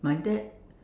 my dad